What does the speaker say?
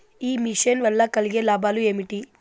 ఈ మిషన్ వల్ల కలిగే లాభాలు ఏమిటి?